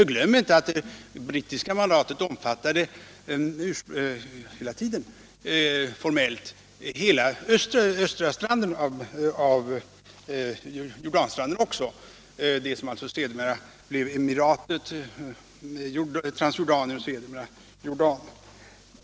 Vi skall inte förglömma att det brittiska mandatet hela tiden formellt omfattade även hela östra stranden av Jordan, det som sedermera blev emiratet Transjordanien och sedan Jordanien.